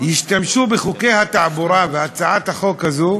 שישתמשו בחוקי התעבורה ובהצעת החוק הזו